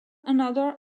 another